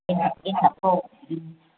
एन्थाबखौ